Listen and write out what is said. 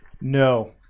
No